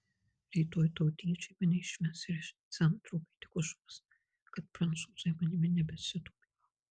rytoj tautiečiai mane išmes ir iš centro kai tik užuos kad prancūzai manimi nebesidomi